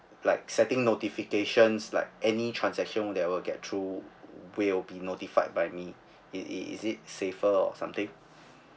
like setting notifications like any transaction they will get through will be notified by me it is it safer or something